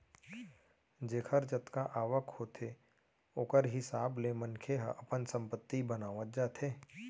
जेखर जतका आवक होथे ओखर हिसाब ले मनखे ह अपन संपत्ति बनावत जाथे